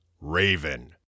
Raven